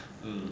hmm